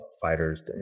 fighters